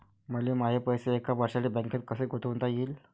मले माये पैसे एक वर्षासाठी बँकेत कसे गुंतवता येईन?